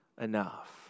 enough